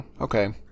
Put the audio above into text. okay